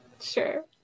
Sure